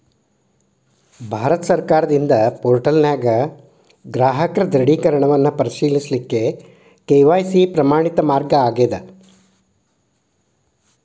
ಭಾರತ ಸರ್ಕಾರದಿಂದ ಪೋರ್ಟಲ್ನ್ಯಾಗ ಗ್ರಾಹಕರ ದೃಢೇಕರಣವನ್ನ ಪರಿಶೇಲಿಸಕ ಕೆ.ವಾಯ್.ಸಿ ಪ್ರಮಾಣಿತ ಮಾರ್ಗವಾಗ್ಯದ